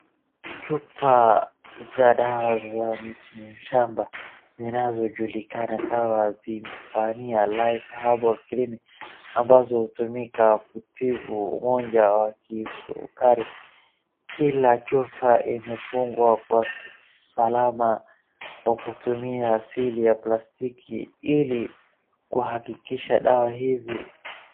Chupa za dawa za miti shamba, zinazojulikana kama Zephanie life herbal clinic , ambazo hutumika kutibu ugonjwa wa kisukari. Kila chupa imefungwa kwa usalama kwa kutumia sili ya plastiki ili kuhakikisha dawa hizi...